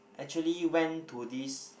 actually went to this